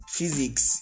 Physics